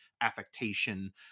affectation